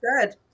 good